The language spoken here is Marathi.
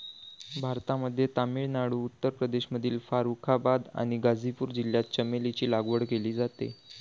भारतामध्ये तामिळनाडू, उत्तर प्रदेशमधील फारुखाबाद आणि गाझीपूर जिल्ह्यात चमेलीची लागवड केली जाते